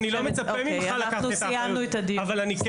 אני לא מצפה ממך לקחת את האחריות, אבל אני כן